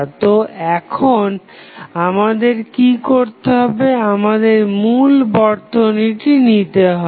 তো এখন আমাদের কি করতে হবে আমাদের মূল বর্তনীটি নিতে হবে